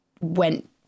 went